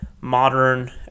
modern